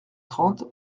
trente